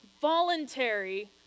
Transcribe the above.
Voluntary